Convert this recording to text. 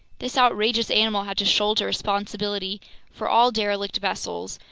this outrageous animal had to shoulder responsibility for all derelict vessels,